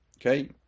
Okay